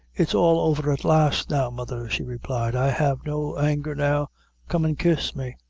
it's all over, at last now, mother, she replied i have no anger now come and kiss me.